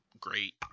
great